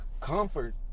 comfort